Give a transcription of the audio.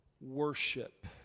worship